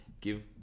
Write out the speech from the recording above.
give